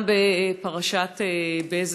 גם בפרשת בזק,